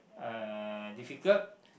uh difficult